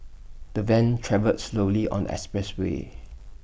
the van travelled slowly on the expressway